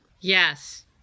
Yes